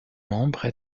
membres